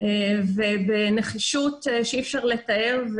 בנחישות שאי אפשר לתאר.